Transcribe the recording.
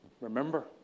Remember